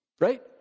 Right